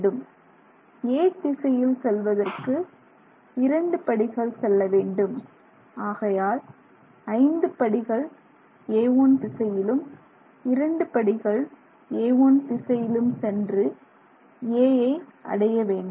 A திசையில் செல்வதற்கு இரண்டு படிகள் செல்ல வேண்டும் ஆகையால் ஐந்து படிகள் a1 திசையிலும் இரண்டு படிகள் a1 திசையிலும் சென்று A அடைய வேண்டும்